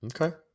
Okay